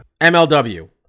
MLW